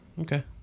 Okay